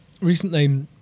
recently